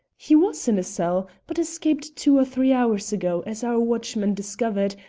he was in a cell, but escaped two or three hours ago, as our watchman discovered,